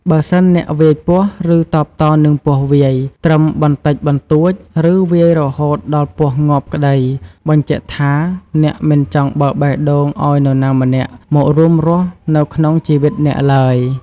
បើសិនអ្នកវាយពស់ឬតបតនឹងពស់វាយ ត្រឹមបន្តិចបន្តួចឬវាយរហូតដល់ពស់ងាប់ក្តីបញ្ជាក់ថាអ្នកមិនចង់ បើកបេះដូងឲ្យនរណាម្នាក់មករួមរស់នៅក្នុងជីវិតអ្នកឡើយ។